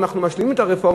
אם אנחנו משלימים את הרפורמה,